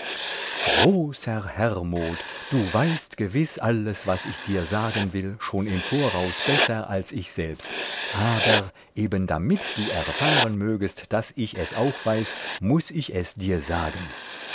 großer hermod du weißt gewiß alles was ich dir sagen will schon im voraus besser als ich selbst aber eben damit du erfahren mögest daß ich es auch weiß muß ich es dir sagen